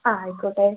ആ ആയിക്കോട്ടെ